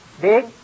Big